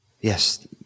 Yes